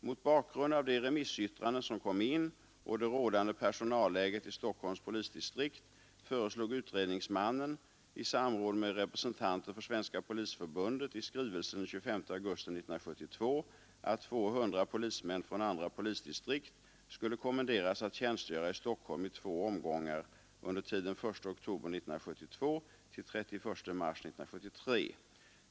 Mot bakgrund av de remissyttranden som kom in och det rådande personalläget i Stockholms polisdistrikt föreslog utredningsmannen i samråd med representanter för Svenska polisförbundet i skrivelse den 23 augusti 1972 att 200 polismän från andra polisdistrikt skulle kommenderas att tjänstgöra i Stockholm i två omgångar under tiden den 1 oktober 1972 — 31 mars 1973.